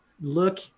look